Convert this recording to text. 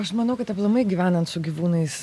aš manau kad aplamai gyvenant su gyvūnais